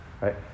right